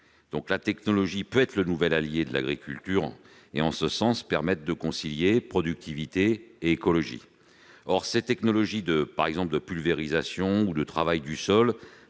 La technologie peut être le nouvel allié de l'agriculture et, en ce sens, permettre de concilier productivité et écologie. Or ces technologies de pulvérisation ou de travail du sol